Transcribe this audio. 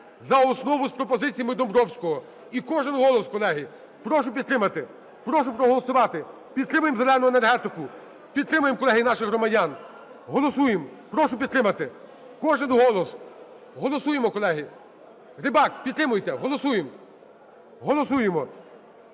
за основу з пропозиціями Домбровського. І кожен голос, колеги, прошу підтримати, прошу проголосувати. Підтримаємо "зелену" енергетику. Підтримаємо, колеги, наших громадян. Голосуємо. Прошу підтримати. Кожен голос. Голосуємо, колеги. Рибак, підтримайте. Голосуємо. Голосуємо.